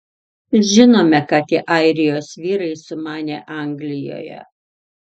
žinome ką tie airijos vyrai sumanė anglijoje